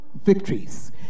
victories